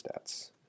stats